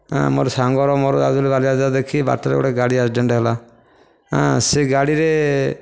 ମୋର ସାଙ୍ଗର ମୋର ଯାଉଥିଲୁ ବାଲିଯାତ୍ରା ଦେଖି ବାଟରେ ଗୋଟେ ଗାଡି ଆକ୍ସିଡ଼େଣ୍ଟ୍ ହେଲା ସେ ଗାଡ଼ିରେ